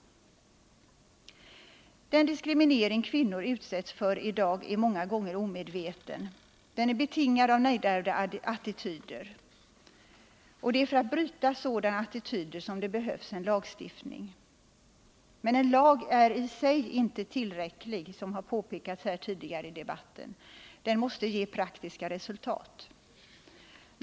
Den diskriminering kvinnor utsätts för i dag är många gånger omedveten; den är betingad av nedärvda attityder. Det är för att motverka sådana attityder som det behövs en lagstiftning. Men en lag är i sig inte tillräcklig, såsom påpekats tidigare i debatten. Den måste också ge praktiska resultat.